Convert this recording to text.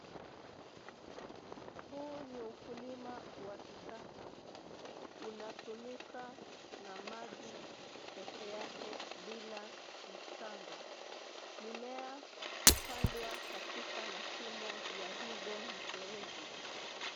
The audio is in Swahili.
Huu ni ukulima wa kisasa, unatumika na maji pekee yake bila mchanga. Mimea hupandwa katika mashimo ya hizo mifereji.